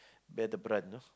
bear the brunt you know